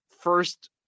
first